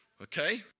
Okay